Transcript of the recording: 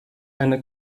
eine